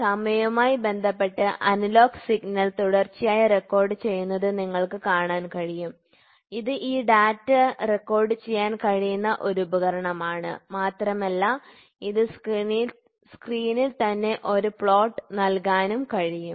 അതിനാൽ സമയവുമായി ബന്ധപ്പെട്ട് അനലോഗ് സിഗ്നൽ തുടർച്ചയായി റെക്കോർഡുചെയ്യുന്നത് നിങ്ങൾക്ക് കാണാൻ കഴിയും ഇത് ഈ ഡാറ്റ റെക്കോർഡുചെയ്യാൻ കഴിയുന്ന ഒരു ഉപകരണമാണ് മാത്രമല്ല ഇത് സ്ക്രീനിൽ തന്നെ ഒരു പ്ലോട്ട് നൽകാനും കഴിയും